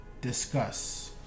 discuss